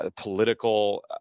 political